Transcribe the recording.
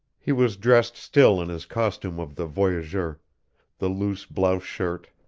he was dressed still in his costume of the voyageur the loose blouse shirt,